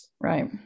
Right